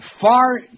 far